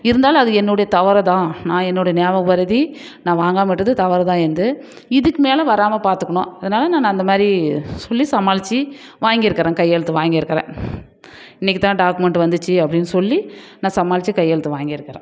இருந்தாலும் அது என்னுடைய தவறு தான் நான் என்னுடைய ஞாபக மறதி நான் வாங்காமல் விட்டது தவறு தான் என்னது இதுக்கு மேல் வராமல் பார்த்துக்கணும் அதனால நான் அந்த மாதிரி சொல்லி சமாளிச்சு வாங்கிருக்கிறேன் கையெழுத்து வாங்கிருக்கிறேன் இன்னைக்கு தான் டாக்குமெண்ட்டு வந்துச்சு அப்படினு சொல்லி நான் சமாளிச்சு கையெழுத்து வாங்கிருக்கிறேன்